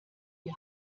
die